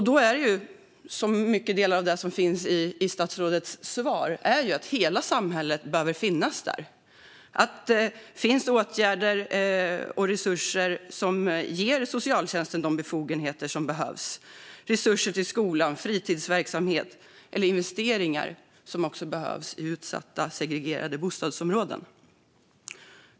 Det handlar, som också framgår av statsrådets svar, mycket om att hela samhället behöver finnas där - att det finns åtgärder och resurser för att ge socialtjänsten de befogenheter som behövs, resurser till skolan och till fritidsverksamhet och investeringar i utsatta, segregerade bostadsområden.